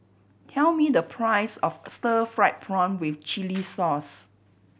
tell me the price of stir fried prawn with chili sauce